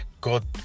God